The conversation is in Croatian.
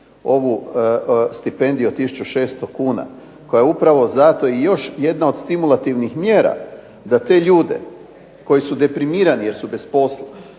ovu stipendiju od tisuću 600 kn, koja je upravo zato još jedna od stimulativnih mjera da te ljude koji su deprimirani jer su bez posla,